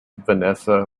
vanessa